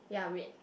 yeah red